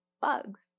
bugs